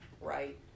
right